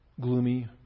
gloomy